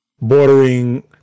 Bordering